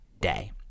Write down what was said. day